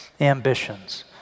ambitions